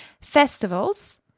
festivals